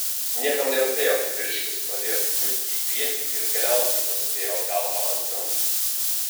niekam nerūpėjo kad vyriškis pradėjo kniubti į priekį ir galiausiai pasidėjo galvą ant rankų